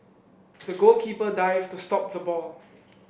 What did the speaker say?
the goalkeeper dived to stop the ball